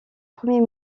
premier